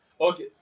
Okay